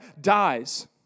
dies